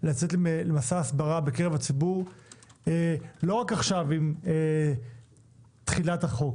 לצאת למסע הסברה בקרב הציבור לא רק עכשיו בתחילת החוק